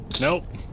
Nope